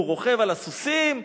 הוא רוכב על הסוסים,